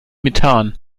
methan